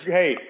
hey